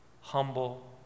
humble